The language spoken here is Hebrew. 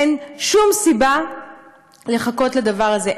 אין שום סיבה לחכות לדבר הזה.